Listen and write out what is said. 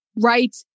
Right